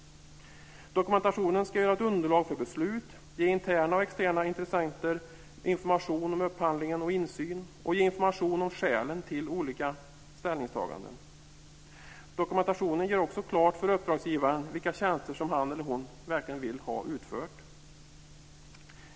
Dokumentationen ska utgöra underlag för beslut, ge interna och externa intressenter information om upphandlingen och insyn samt ge information om skälen till olika ställningstaganden. Dokumentationen gör också klart för uppdragsgivaren vilka tjänster som han eller hon verkligen vill ha utförda.